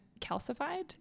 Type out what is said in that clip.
calcified